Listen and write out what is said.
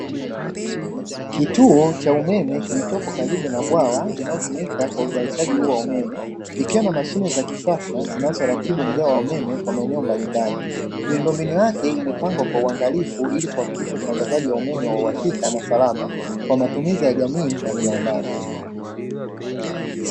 Kituo cha umeme kilichopo karibu na bwawa linaotumika kwa uzalishaji huo umeme, ikiwa na mashine za kisasa zinazoratibu mgao wa umeme kwa maeneo mbalimbali, miundombinu yake imepangwa kwa uangalifu ili kuhakikisha usambazaji wa umeme wa uhakika na salama, kwa matumizi ya jamii na viwandani.